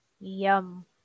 Yum